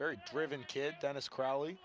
very driven kid dennis crowl